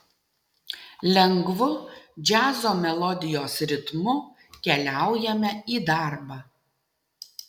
lengvu džiazo melodijos ritmu keliaujame į darbą